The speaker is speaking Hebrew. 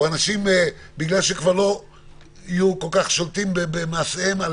או שאנשים לא ישלטו במעשיהם,